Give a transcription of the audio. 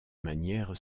manière